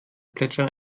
plätschern